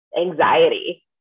anxiety